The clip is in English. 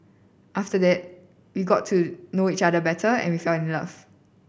after that we got to know each other better and we fell in love